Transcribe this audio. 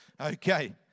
Okay